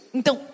Então